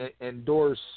endorse